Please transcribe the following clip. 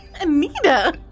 Anita